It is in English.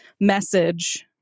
message